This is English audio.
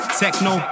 techno